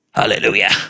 Hallelujah